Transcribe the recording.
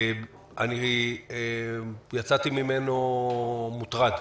יצאתי ממנו מוטרד,